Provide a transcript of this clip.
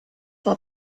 war